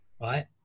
right